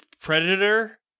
Predator